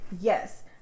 Yes